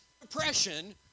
depression